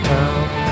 town